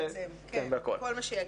כן, כל מה שיגיע.